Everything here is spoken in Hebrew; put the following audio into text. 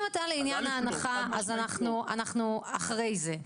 אם אתה לעניין ההנחה אז אנחנו אחרי זה,